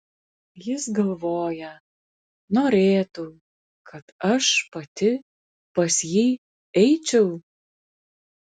jis galvoja norėtų kad aš pati pas jį eičiau